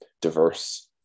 diverse